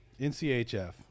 NCHF